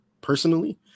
personally